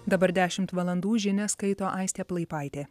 dabar dešimt valandų žinias skaito aistė plaipaitė